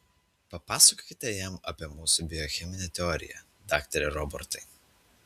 papasakokite jam apie mūsų biocheminę teoriją daktare robertai